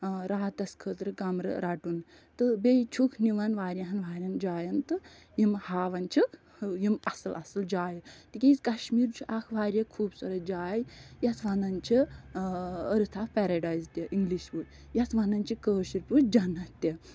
راتَس خٲطرٕ کَمرٕ رَٹُن تہٕ بیٚیہِ چھُکھ نِوان واریاہَن واریاہَن جایَن تہٕ یِمہٕ ہاوان چھِکھ یِمہٕ اَصٕل اَصٕل جایہِ تِکیٛازِ کَشمیٖر چھُ اَکھ واریاہ خوٗبصوٗرَت جاے یَتھ وَنان چھِ أرٕتھ آف پیرَڈایِز تہِ اِنٛگلِش پٲٹھۍ یَتھ وَنان چھِ کٲشِر پٲٹھۍ جنت تہِ